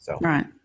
right